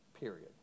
period